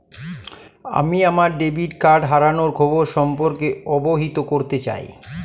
আমি আমার debit card হারানোর খবর সম্পর্কে অবহিত করতে চাই